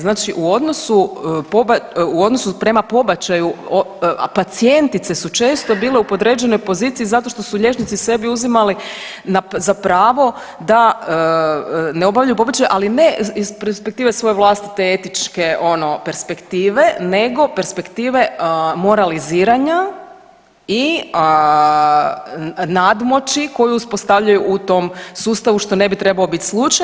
Znači u odnosu prema pobačaju pacijentice su često bile u podređenoj poziciji zato što su liječnici sebi uzimali za pravo da ne obavljaju pobačaj, ali ne iz perspektive svoje vlastite etičke ono perspektive, nego perspektive moraliziranja i nadmoći koju uspostavljaju u tom sustavu što ne bi trebao bit slučaj.